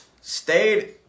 stayed